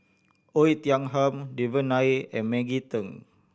Oei Tiong Ham Devan Nair and Maggie Teng